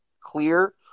clear